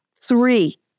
three